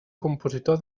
compositor